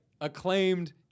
acclaimed